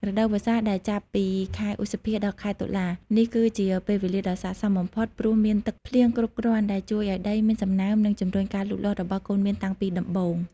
រដូវវស្សា ដែលចាប់ពីខែឧសភា ដល់ ខែតុលា នេះគឺជាពេលវេលាដ៏ស័ក្តិសមបំផុត ព្រោះមានទឹកភ្លៀងគ្រប់គ្រាន់ ដែលជួយឱ្យដីមានសំណើម និងជំរុញការលូតលាស់របស់កូនមៀនតាំងពីដំបូង។